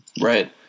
Right